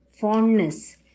fondness